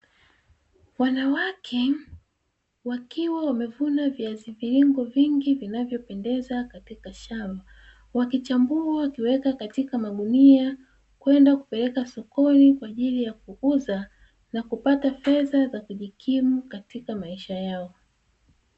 Wanawake wakiwa wamevuna viazi mviringo vingi vinavyopendeza katika shamba, wakichambua wakiweka katika magunia kwenda kupeleka sokoni kwa ajili ya kuuza na kupata fedha za kujikimu katika maisha yao.